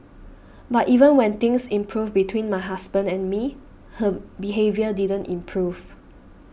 but even when things improved between my husband and me her behaviour didn't improve